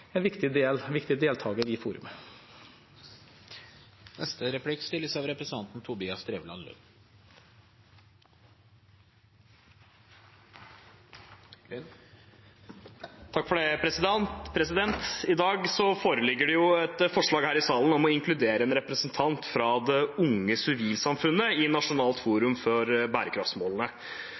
en viktig deltaker i forumet. I dag foreligger det et forslag i denne saken om å inkludere en representant for det unge sivilsamfunnet i nasjonalt forum for bærekraftsmålene.